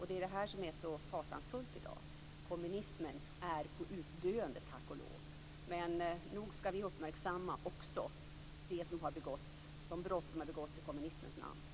Det är det som i dag är så fasansfullt. Kommunismen är på utdöende, tack och lov, men nog skall vi uppmärksamma också de brott som har begåtts i kommunismens namn.